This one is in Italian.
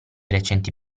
recenti